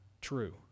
true